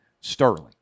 sterling